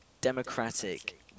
democratic